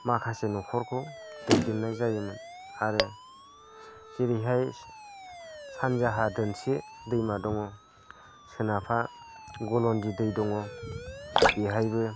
माखासे न'खरखौ दैदेननाय जायोमोन आरो जेरैहाय सानजाहा दोंसे दैमा दङ सोनाबहा गलन्दि दै दङ बेवहायबो